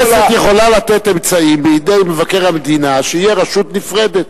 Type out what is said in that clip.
הכנסת יכולה לתת אמצעים בידי מבקר המדינה שיהיה רשות נפרדת.